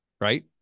Right